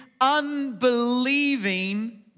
unbelieving